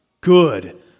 good